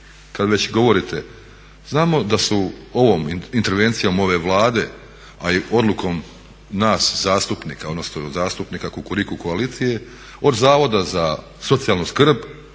kada već govorite, znamo da su ovom, intervencijom ove Vlade a i odlukom nas zastupnika, odnosno zastupnika kukuriku koalicije od Zavoda za socijalnu skrb,